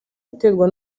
uterwa